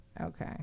Okay